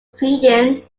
sweden